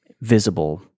visible